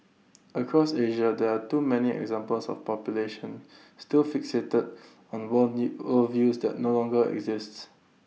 across Asia there are too many examples of populations still fixated on world new worldviews that no longer exists